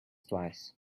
twice